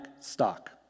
stock